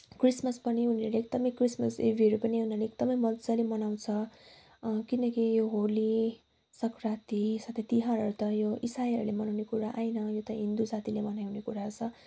Christmas पनि उनीहरूले एकदमै क्रिसमस इदहरू पनि उनीहरूले मजाले मनाउँछन् किनकि होली सङ्क्रान्ति सबै तिहारहरू त यो इसाईहरूले मनाउने कुरा आएन यो त हिन्दू साथीहरूले मनाउने कुरा छन्